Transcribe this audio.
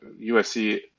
USC